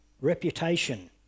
Reputation